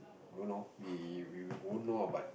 do you know maybe we won't know ah but